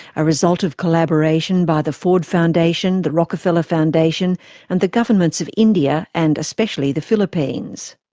a result of collaboration by the ford foundation, the rockefeller foundation and the governments of india and especially the philippines.